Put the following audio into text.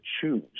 choose